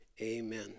Amen